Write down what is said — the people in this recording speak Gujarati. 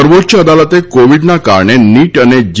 સર્વોચ્ય અદાલતે કોવિડના કારણે નીટ અને જે